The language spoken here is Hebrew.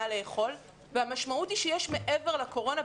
לאכול והמשמעות היא שיש מעבר לקורונה,